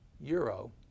euro